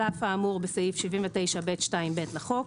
על אף האמור בסעיף 79(ב)(2)(ב) לחוק,